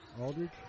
Aldridge